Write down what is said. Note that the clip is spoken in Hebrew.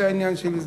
זה עניין של זמן.